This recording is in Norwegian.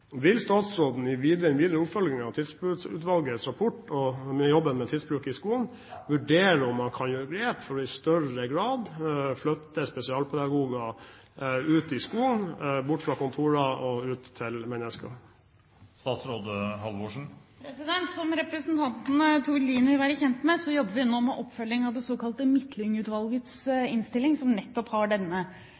Vil statsråden i den videre oppfølgingen av Tidsbrukutvalgets rapport og jobben med tidsbruk i skolen vurdere om man kan ta grep for i større grad å flytte spesialpedagoger ut i skolen – bort fra kontorer og ut til mennesker? Som representanten Tord Lien vil være kjent med, jobber vi nå med oppfølgingen av det såkalte Midtlyng-utvalgets innstilling, som nettopp har denne